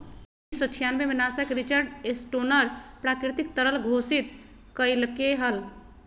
उन्नीस सौ छियानबे में नासा के रिचर्ड स्टोनर प्राकृतिक तरल घोषित कइलके हल